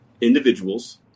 individuals